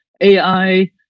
AI